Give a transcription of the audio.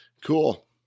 Cool